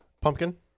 Pumpkin